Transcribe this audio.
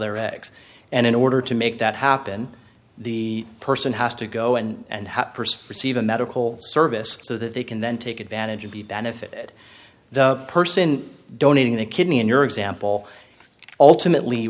their eggs and in order to make that happen the person has to go and have perceive a medical service so that they can then take advantage of the benefit the person donating a kidney in your example ultimately